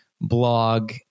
blog